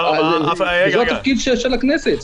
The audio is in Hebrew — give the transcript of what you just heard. זה התפקיד של הכנסת.